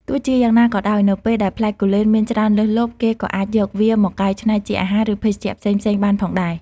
ទោះជាយ៉ាងណាក៏ដោយ នៅពេលដែលផ្លែគូលែនមានច្រើនលើសលប់ គេក៏អាចយកវាមក កែច្នៃជាអាហារ ឬភេសជ្ជៈផ្សេងៗ បានផងដែរ។